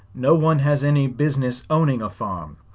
no one has any business owning a farm.